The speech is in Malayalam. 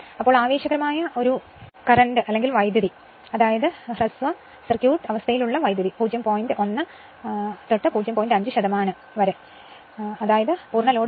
അതിനാൽ ആവേശകരമായ വൈദ്യുതി ഹ്രസ്വ പരിവാഹ അവസ്ഥ പൂർണ്ണ ലോഡ് വൈദ്യുതി 0